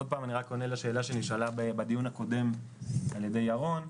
אני רק עונה לשאלה שנשאלה בדיון הקודם על ידי ירון,